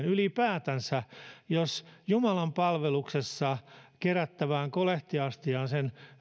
ylipäätänsä kukaan ihminen jumalanpalveluksessa kerättävään kolehtiin sen